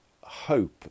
hope